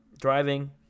driving